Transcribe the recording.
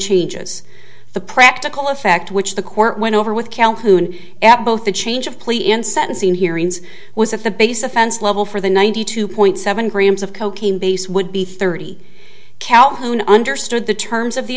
changes the practical effect which the court went over with calhoun at both the change of plea in sentencing hearings was that the biggest offense level for the ninety two point seven grams of cocaine base would be thirty calhoun understood the terms of the